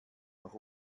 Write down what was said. noch